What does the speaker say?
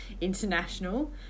international